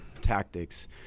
tactics